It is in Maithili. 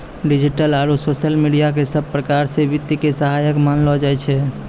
डिजिटल आरू सोशल मिडिया क सब प्रकार स वित्त के सहायक मानलो जाय छै